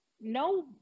no